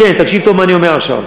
ותקשיב טוב למה שאני אומר עכשיו,